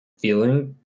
feeling